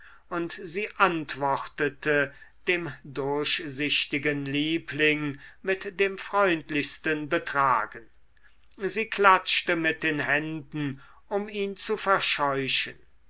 und sie antwortete dem durchsichtigen liebling mit dem freundlichsten betragen sie klatschte mit den händen um ihn zu verscheuchen